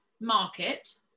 market